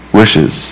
wishes